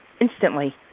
instantly